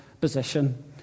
position